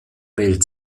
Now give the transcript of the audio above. welt